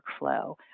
workflow